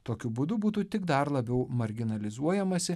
tokiu būdu būtų tik dar labiau marginalizuojamasi